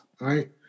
right